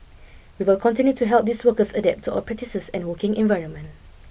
we will continue to help these workers adapt to our practices and working environment